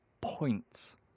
points